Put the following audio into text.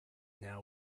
now